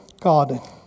God